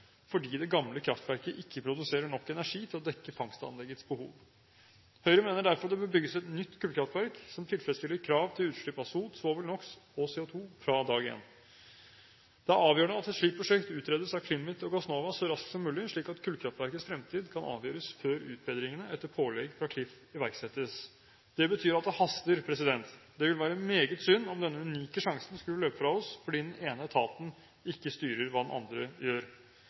fordi det gamle kraftverket ikke produserer nok energi til å dekke fangstanleggets behov. Høyre mener derfor det bør bygges et nytt kullkraftverk, som tilfredsstiller krav til utslipp av sot, svovel, NOx og CO2 fra dag én. Det er avgjørende at et slikt prosjekt utredes av CLIMIT og Gassnova så raskt som mulig, slik at kullkraftverkets fremtid kan avgjøres før utbedringene etter pålegg fra Klif iverksettes. Det betyr at det haster. Det ville være meget synd om denne unike sjansen skulle løpe fra oss fordi den ene etaten ikke styrer hva den andre gjør.